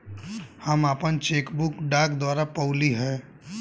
हम आपन cheque book डाक द्वारा पउली है